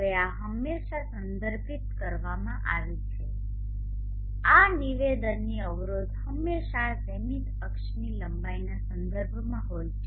હવે આ હંમેશા સંદર્ભિત કરવામાં આવે છે આ નિવેદનની અવરોધ હંમેશા આ ઝેનિથ અક્ષની લંબાઈના સંદર્ભમાં હોય છે